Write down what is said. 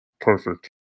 Perfect